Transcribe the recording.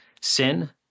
Sin